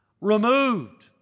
removed